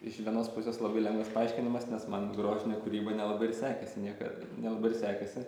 iš vienos pusės labai lengvas paaiškinamas nes man grožinė kūryba nelabai ir sekėsi niekad nelabai ir sekėsi